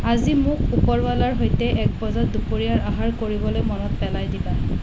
আজি মোক ওপৰৱালাৰ সৈতে এক বজাত দুপৰীয়াৰ আহাৰ কৰিবলৈ মনত পেলাই দিবা